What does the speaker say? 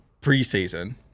pre-season